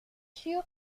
sûr